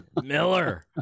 Miller